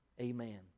amen